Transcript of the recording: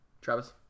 Travis